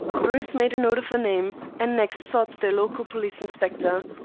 bruce made a note of the name, and next sought the local police-inspector.